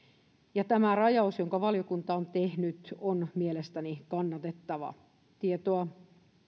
tämä rajaus jonka valiokunta on tehnyt on mielestäni kannatettava tietoa